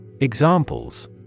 Examples